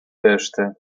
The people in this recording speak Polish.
reszty